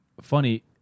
Funny